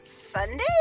Sunday